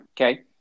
Okay